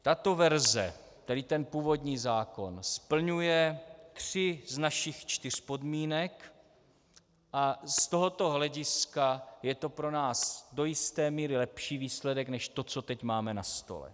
Tato verze, tedy původní zákon, splňuje tři z našich čtyř podmínek a z tohoto hlediska je to pro nás do jisté míry lepší výsledek než to, co teď máme na stole.